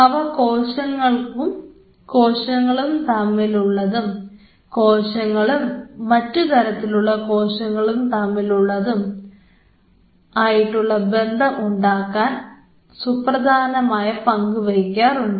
അവ കോശങ്ങളും കോശങ്ങളും തമ്മിൽ ഉള്ളതും കോശങ്ങളും മറ്റുതരത്തിലുള്ള കോശങ്ങളും തമ്മിലുള്ള ബന്ധവും ഉണ്ടാക്കാൻ സുപ്രധാനമായ പങ്കു വഹിക്കാറുണ്ട്